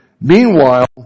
Meanwhile